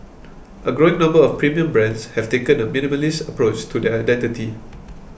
a growing number of premium brands have taken a minimalist approach to their identity